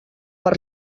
per